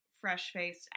fresh-faced